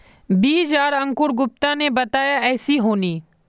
बीज आर अंकूर गुप्ता ने बताया ऐसी होनी?